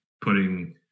putting